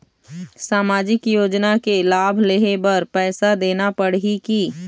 सामाजिक योजना के लाभ लेहे बर पैसा देना पड़ही की?